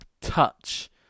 touch